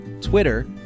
Twitter